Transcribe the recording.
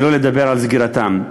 ולא לדבר על סגירתם.